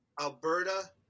Alberta